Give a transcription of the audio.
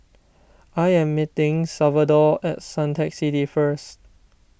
I am meeting Salvador at Suntec City first